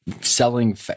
selling